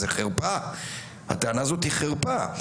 אבל הטענה הזו היא חרפה.